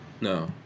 No